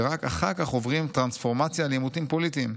שרק אחר כך עוברים טרנספורמציה לעימותים פוליטיים.